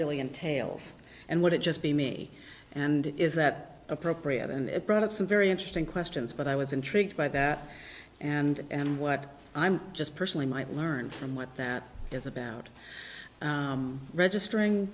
really entails and what it just be me and is that appropriate and it brought up some very interesting questions but i was intrigued by that and what i'm just personally might learn from what that is about registering